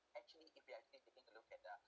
actually if we are actually taking a look at the